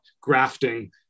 grafting